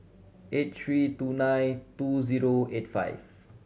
eight three two nine two zero eight five